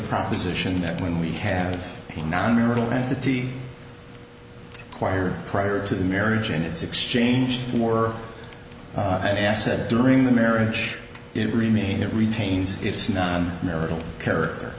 proposition that when we have a non marital entity choir prior to the marriage in its exchange for an asset during the marriage it remain it retains its non marital character